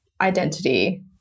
identity